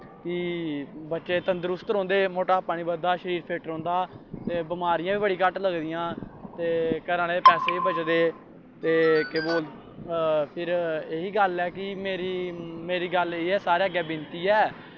कि बच्चे तंदरुस्त रौंह्दे मोटापा निं बधदा शरीर फिट्ट रौंह्दा ते बमारियां बी बड़ियां घट्ट लगदियां ते घर आह्लें दे पैसे बी बचदे ते फिर इ'यै गल्ल ऐ कि मेरी गल्ल इ'यै ऐ सारें अग्गें बिनती ऐ